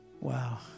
Wow